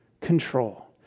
control